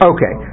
Okay